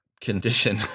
condition